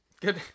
Good